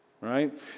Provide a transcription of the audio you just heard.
right